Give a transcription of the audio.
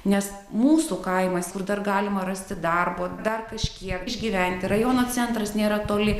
nes mūsų kaimas kur dar galima rasti darbo dar kažkiek išgyventi rajono centras nėra toli